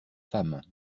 femme